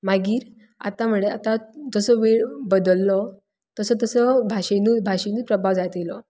मागीर आतां म्हणल्यार जसो वेळ बदल्लो तसो तसो भाशेनूय भाशेनूय प्रभाव जायत आयलो